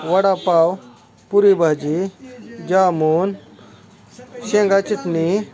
वडापाव पुरी भाजी जामून शेंगा चिटणी